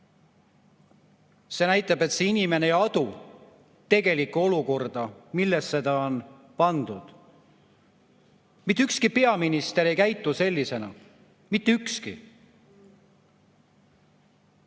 näitab, et see inimene ei adu tegelikku olukorda, millesse ta on pandud. Mitte ükski peaminister ei käitu selliselt. Mitte ükski!